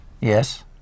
Yes